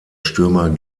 stürmer